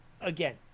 again